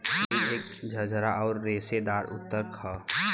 लकड़ी एक झरझरा आउर रेसेदार ऊतक होला